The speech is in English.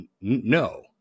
no